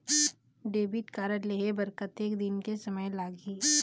Debit card लेहे बर कतेक दिन के समय लगही?